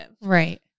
Right